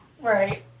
right